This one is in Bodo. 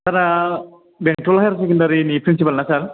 सारा बेंटल हायार सेकेन्दारिनि प्रिन्सिपालना सार